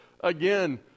again